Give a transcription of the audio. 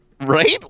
Right